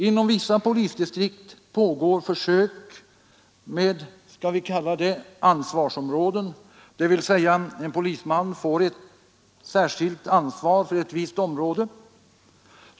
Inom vissa polisdistrikt pågår försök med skall vi kalla dem ”ansvarsområden”, dvs. en polisman får särskilt ansvar för ett visst område.